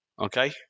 Okay